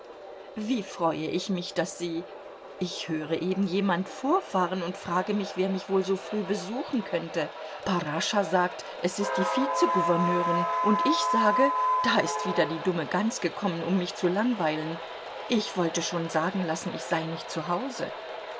wie freue ich mich daß sie ich höre eben jemand vorfahren und frage mich wer mich wohl so früh besuchen könnte parascha sagt es ist die vizegouverneurin und ich sage da ist wieder die dumme gans gekommen um mich zu langweilen ich wollte schon sagen lassen ich sei nicht